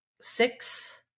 six